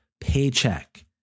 paycheck